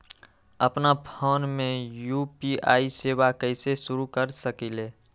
अपना फ़ोन मे यू.पी.आई सेवा कईसे शुरू कर सकीले?